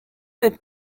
des